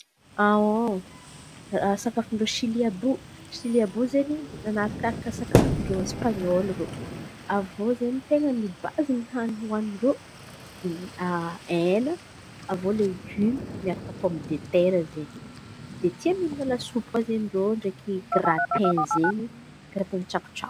Sakafon-drô Silia àby io. Silia àby iô izen̈y manarakaraka sakafon-drô Espan̈ol rô. Avô zen̈y ten̈a ny bazin’ny hanin̈y hanin-drô hena. Avô legimo miaraka pômy de tera zen̈y de tia mihina lasopy koa zen̈y ndrô ndraiky gratain zen̈y ka raha ataony tsakotsako.